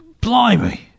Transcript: Blimey